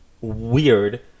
weird